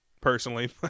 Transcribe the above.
personally